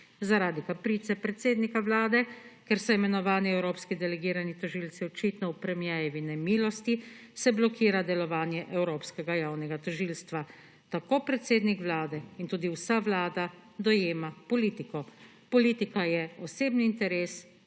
Zaradi kaprice predsednika Vlade, ker so imenovani evropski delegirani tožilci očitno v premierjevi nemilosti, se blokira delovanje Evropskega javnega tožilstva. Tako predsednik Vlade in tudi vsa Vlada dojema politiko – politika je osebni interes